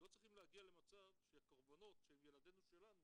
לא צריכים להגיע למצב שהקורבנות שהם ילדינו שלנו